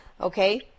Okay